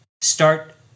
start